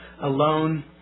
alone